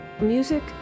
Music